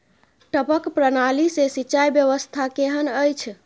टपक प्रणाली से सिंचाई व्यवस्था केहन अछि?